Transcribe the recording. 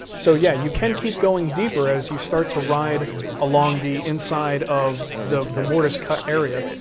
so yeah, you can keep going deeper as you start to ride along the inside of the the mortise cut area,